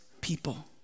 people